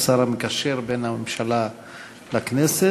השר המקשר בין הממשלה לכנסת,